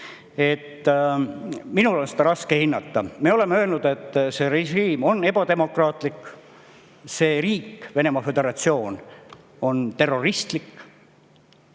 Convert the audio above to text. tegi. Minul on seda raske hinnata. Me oleme öelnud, et see režiim on ebademokraatlik, see riik, Venemaa Föderatsioon, on terroristlik,